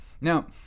Now